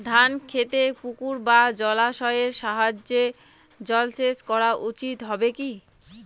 ধান খেতে পুকুর বা জলাশয়ের সাহায্যে জলসেচ করা উচিৎ হবে কি?